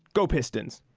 go pistons!